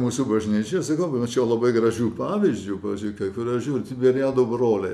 mūsų bažnyčioj sakau pamačiau labai gražių pavyzdžių pavyzdžiui kai kurie žirint tiberijado broliai